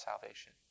salvation